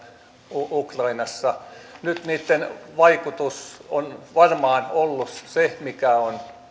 ukrainassa nyt niitten vaikutus on varmaan ollut se mikä on